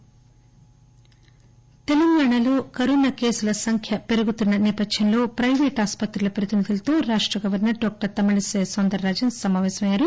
governor తెలంగాణలో corona కేసుల సంఖ్య పెరుగుతున్న నేపథ్యంలో ప్లివేటు ఆస్పత్రుల ప్రతినిధులతో రాష్ట గవర్నర్ తమిళిసై సాందరరాజన్ సమాపేశమయ్యారు